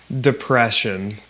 depression